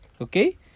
okay